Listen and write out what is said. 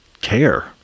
care